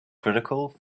critical